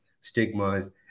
stigmas